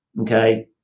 Okay